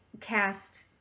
cast